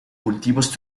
cultivos